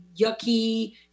yucky